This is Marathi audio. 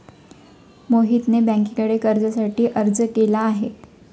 मोहितने बँकेकडे कर्जासाठी अर्ज केला आहे